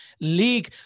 League